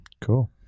cool